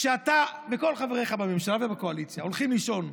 כשאתה וכל חבריך בממשלה ובקואליציה הולכים לישון,